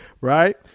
right